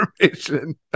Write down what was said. information